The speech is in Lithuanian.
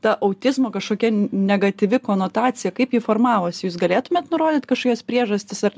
ta autizmo kažkokia negatyvi konotacija kaip ji formavosi jūs galėtumėt nurodyt kašokias priežastis ar